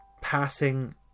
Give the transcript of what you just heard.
passing